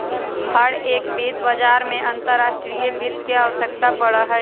हर एक वित्त बाजार में अंतर्राष्ट्रीय वित्त के आवश्यकता पड़ा हई